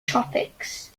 tropics